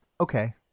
Okay